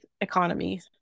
economy